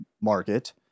market